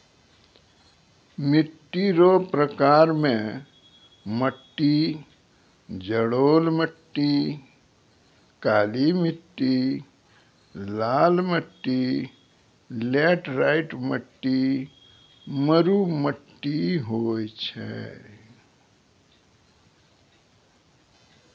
मिट्टी रो प्रकार मे मट्टी जड़ोल मट्टी, काली मट्टी, लाल मट्टी, लैटराईट मट्टी, मरु मट्टी होय छै